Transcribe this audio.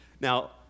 Now